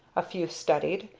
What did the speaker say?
a few studied,